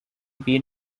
been